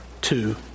two